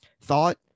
thought